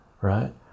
right